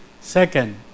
Second